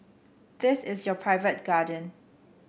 this is your private garden